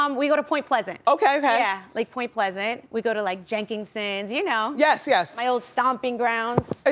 um we go to point pleasant. okay, okay. yeah like point pleasant. we go to like jenkinson's, you know. yes, yes. my old stomping grounds.